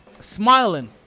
smiling